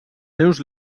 seus